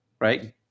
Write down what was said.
right